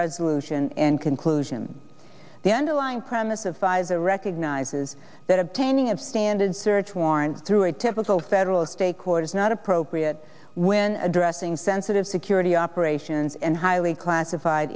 resolution and conclusion the underlying premise of pfizer recognizes that obtaining of standard search warrant through a typical federal state court is not appropriate when addressing sensitive security operations and highly classified